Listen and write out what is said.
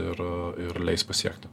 ir ir leis pasiekti